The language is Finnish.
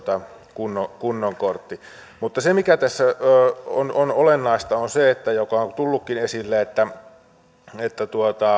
kunnon kunnon kortti mutta se mikä tässä on on olennaista on se mikä on tullutkin esille että että